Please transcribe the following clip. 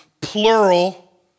plural